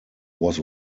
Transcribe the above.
was